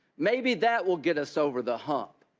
maybe that will get us over the hump.